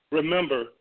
remember